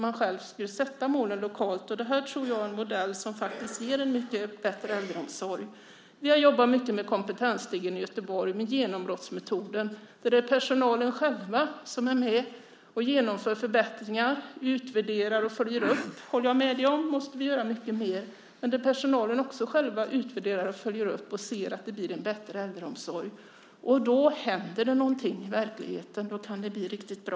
Man skulle själv sätta målen lokalt. Jag tror att det här är en modell som ger en mycket bättre äldreomsorg. I Göteborg har vi jobbat mycket med Kompetensstegen och med genombrottsmetoden, där det är personalen själv som är med och genomför förbättringar, utvärderar och följer upp. Jag håller med dig om att vi måste göra det mycket mer. Men i Göteborg utvärderar också personalen själv, följer upp och ser att det blir en bättre äldreomsorg. Då händer det någonting i verkligheten; då kan det bli riktigt bra.